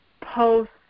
post